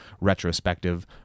retrospective